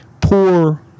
poor